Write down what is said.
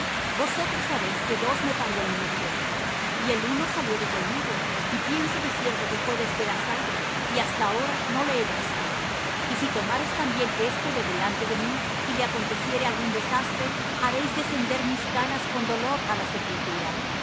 vosotros sabéis que dos me parió mi mujer y el uno salió de conmigo y pienso de cierto que fué despedazado y hasta ahora no le he visto y si tomareis también éste de delante de mí y le aconteciere algún desastre haréis descender mis canas con dolor á la sepultura